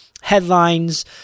headlines